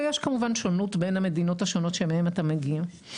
ויש כמובן שונות בין המדינות השונות שמהן אתה מגיע.